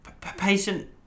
Patient